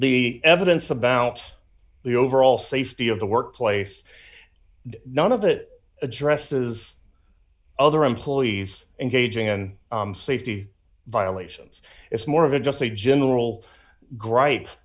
the evidence about the overall safety of the workplace none of it addresses other employees and aging and safety violations it's more of a just a general gripe